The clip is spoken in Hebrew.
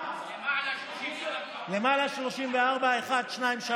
למעלה 34. למעלה 34. 1, 2, 3,